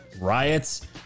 riots